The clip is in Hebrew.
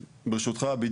ברשותך,